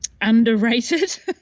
underrated